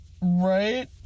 Right